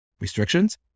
restrictions